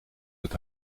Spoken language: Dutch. het